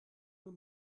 nur